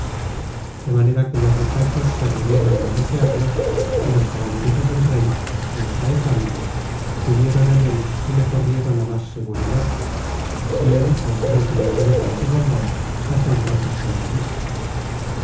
de manera que los muchachos se atrevieron a manosearle y los caballerizos del rey enjaezándole subieron en él y le corrieron á más seguridad y él mostró su ligereza y su bondad hasta entonces jamas vista